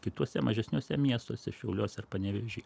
kituose mažesniuose miestuose šiauliuos ir panevėžy